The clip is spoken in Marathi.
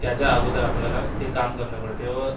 त्याच्या अगोदर आपल्याला ते काम करणं पडते व